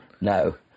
no